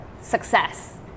success